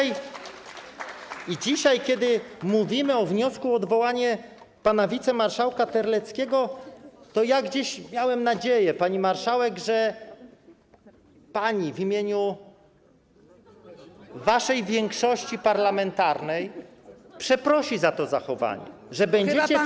I dzisiaj, kiedy mówimy o wniosku o odwołanie pana wicemarszałka Terleckiego, miałem nadzieję, pani marszałek, że pani w imieniu waszej większości parlamentarnej przeprosi za to zachowanie, że będziecie w stanie.